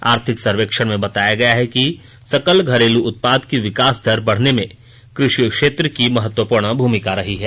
आर्थिक सर्वेक्षण में बताया गया है कि सकल घरेलू उत्पाद की विकास दर बढ़ाने में कृषि क्षेत्र की महत्वपूर्ण भूमिका रही है